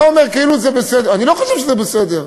אתה אומר כאילו זה בסדר, אני לא חושב שזה בסדר.